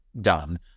done